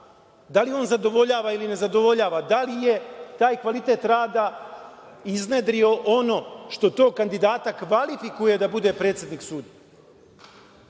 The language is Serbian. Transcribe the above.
da li on zadovoljava ili ne zadovoljava, da li je taj kvalitet rada iznedrio ono što tog kandidata kvalifikuje da bude predsednik suda. Ja